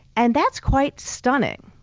and that's quite stunning,